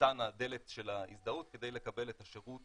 מפתן הדלת של ההזדהות כדי לקבל את השירות